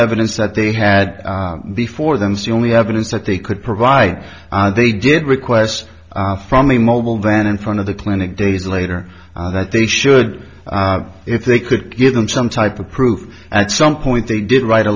evidence that they had before then see only evidence that they could provide they did request from the mobile van in front of the clinic days later that they should if they could give them some type of proof at some point they did write a